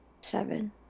seven